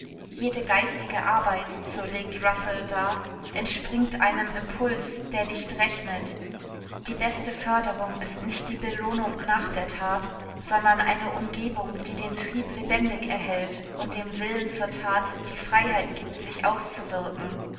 jede geistige arbeit so legt russell dar entspringt einem impuls der nicht rechnet die beste förderung ist nicht die belohnung nach der tat sondern eine umgebung die den trieb lebendig erhält und dem willen zur tat die freiheit gibt sich auszuwirken